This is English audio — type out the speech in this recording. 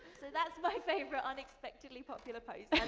so that's my favorite unexpectedly popular post.